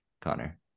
Connor